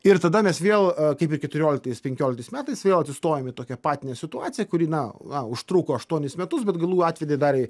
ir tada mes vėl kaip ir keturioliktais penkioliktais metais vėl atsistojam į tokią patinę situaciją kuri na na užtruko aštuonis metus bet galų atvedė dar į